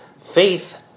faith